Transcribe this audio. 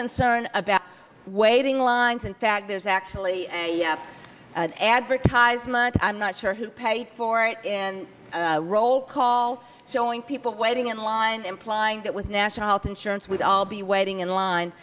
concern about waiting lines in fact there's actually an advertisement i'm not sure who paid for it in roll call showing people waiting in line implying that with national health insurance we'd all be waiting in line